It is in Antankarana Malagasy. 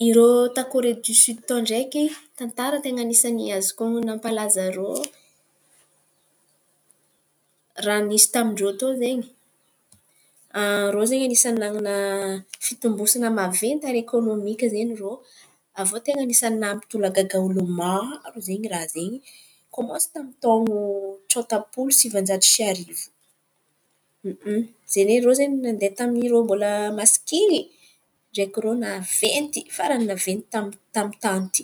Irô tamin’ny Kore diosoda tao ndraiky, tantara ten̈a nisy ny azoko honon̈o mampalaza irô, raha nisy tamin-drô tao zen̈y rô zen̈y anisan̈y nanan̈a fimbosany maventy ny ara-ekônômika zen̈y irô. Avô ten̈a anisan̈y nahatolagaga olo maro zen̈y raha zen̈y kômansy tamin’ny tôno tsôtam-polo sivan-jato sy arivo zen̈y irô izen̈y nandeha mbola irô masikin̈y ndraiky irô naventy farany naventy tamin’ny tany.